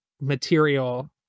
material